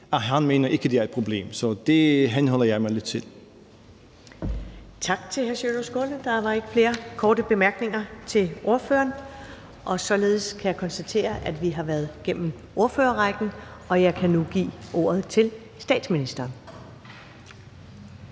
Kl. 21:51 Første næstformand (Karen Ellemann): Tak til hr. Sjúrður Skaale. Der var ikke flere korte bemærkninger til ordføreren. Således kan jeg konstatere, at vi har været gennem ordførerrækken, og jeg kan nu give ordet til statsministeren.